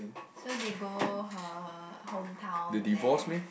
so they go her hometown there